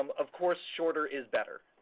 um of course, shorter is better.